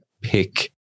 pick